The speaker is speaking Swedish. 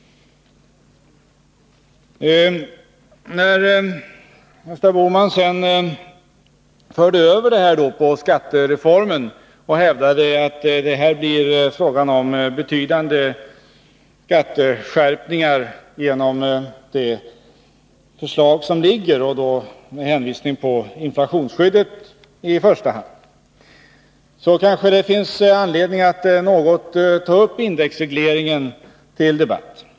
Gösta Bohman förde över resonemanget på skattereformen och hävdade att det genom det förslag som nu föreligger blir fråga om betydande skatteskärpningar. Han hänvisade i första hand till inflationsskyddet. Det kanske därför finns anledning att ta upp indexregleringen till debatt.